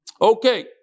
Okay